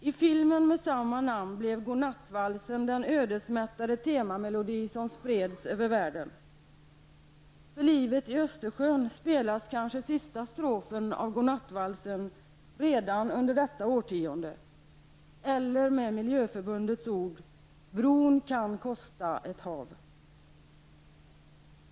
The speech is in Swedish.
I filmen med samma namn blev Godnattvalsen den ödesmättade temamelodi som spreds över världen. För livet i Östersjön spelas kanske sista strofen av Godnattvalsen redan under detta årtionde. Man kan uttrycka det med Miljöförbundets ord: Bron kan kosta ett hav.